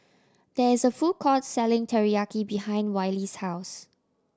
there is a food court selling Teriyaki behind Wiley's house